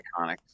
iconic